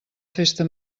festa